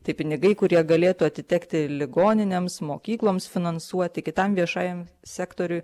tai pinigai kurie galėtų atitekti ligoninėms mokykloms finansuoti kitam viešajam sektoriui